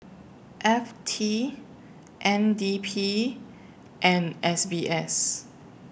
F T N D P and S B S